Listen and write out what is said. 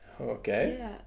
Okay